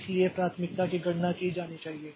इसलिए प्राथमिकता की गणना की जानी चाहिए